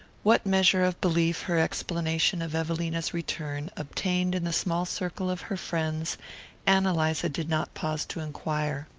what measure of belief her explanation of evelina's return obtained in the small circle of her friends ann eliza did not pause to enquire.